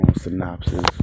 synopsis